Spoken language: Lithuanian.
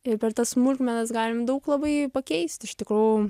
ir per tas smulkmenas galim daug labai pakeist iš tikrų